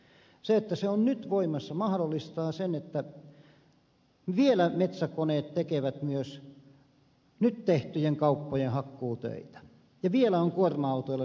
se että se on nyt voimassa mahdollistaa sen että vielä metsäkoneet tekevät myös nyt tehtyjen kauppojen hakkuutöitä ja vielä on kuorma autoilla siellä kuljetettavaa